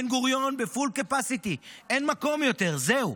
בן-גוריון ב-full capacity, אין מקום יותר, זהו.